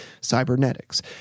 cybernetics